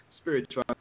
spiritual